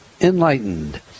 enlightened